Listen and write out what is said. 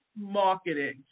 marketing